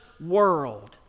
world